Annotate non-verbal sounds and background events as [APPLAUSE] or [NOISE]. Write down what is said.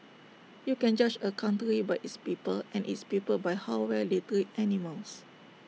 you can judge A country by its people and its people by how well they [UNINTELLIGIBLE] animals